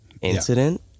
incident